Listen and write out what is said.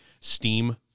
Steam